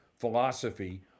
philosophy